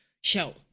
show